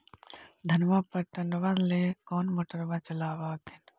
धनमा पटबनमा ले कौन मोटरबा चलाबा हखिन?